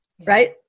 Right